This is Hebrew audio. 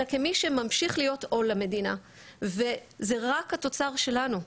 אלא כמי שממשיך להיות עול למדינה וזה רק התוצר שלנו,